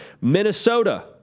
Minnesota